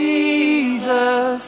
Jesus